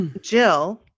Jill